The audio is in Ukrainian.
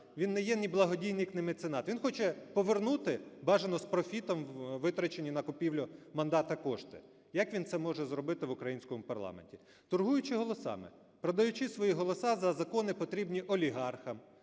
він не є ні благодійник, ні меценат, він хоче повернути, бажано з профітом, витрачені на купівлю мандата кошти. Як він це може зробити в українському парламенті? Торгуючи голосами, продаючи свої голоси за закони, потрібні олігархам,